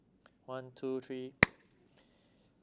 one two three